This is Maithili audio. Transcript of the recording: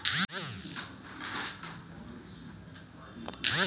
खरीफ फसल के खेती मानसून के बरसा पर निर्भर करइ छइ